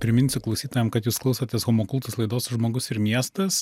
priminsiu klausytojam kad jūs klausotės homo kultus laidos žmogus ir miestas